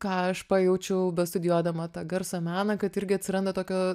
ką aš pajaučiau bestudijuodama tą garso meną kad irgi atsiranda tokio